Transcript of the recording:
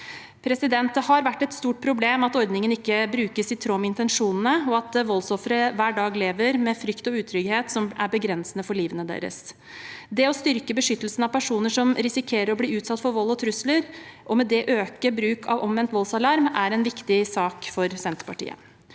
voldsofre. Det har vært et stort problem at ordningen ikke brukes i tråd med intensjonene, og at voldsofre hver dag lever med frykt og utrygghet som er begrensende for livet deres. Det å styrke beskyttelsen av personer som risikerer å bli utsatt for vold og trusler, og med det øke bruken av omvendt voldsalarm, er en viktig sak for Senterpartiet.